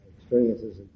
experiences